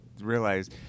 realize